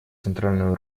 центральную